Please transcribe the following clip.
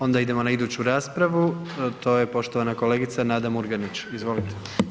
Onda idemo na iduću raspravu, to je poštovana kolegica Nada Murganić, izvolite.